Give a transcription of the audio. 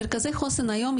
מרכזי חוסן היום,